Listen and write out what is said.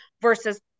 versus